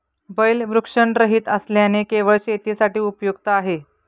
बैल वृषणरहित असल्याने केवळ शेतीसाठी उपयुक्त आहे